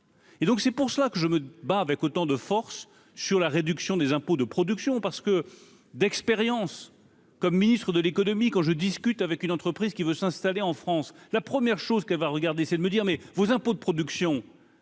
Et donc c'est pour cela que je me bats avec autant de force sur la réduction des impôts de production parce que d'expérience comme Ministre de l'économie quand je discute avec une entreprise qui veut s'installer en France, la première chose qu'elle va regarder, c'est de me dire, mais vos impôts de production,